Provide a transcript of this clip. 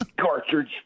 cartridge